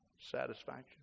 satisfaction